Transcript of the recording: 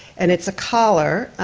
and it's a collar,